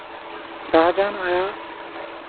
ᱥᱟᱦᱟᱡᱟᱦᱟᱱ ᱟᱭᱟᱜ